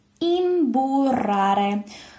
Imburrare